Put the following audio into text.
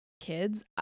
kids